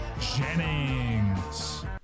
Jennings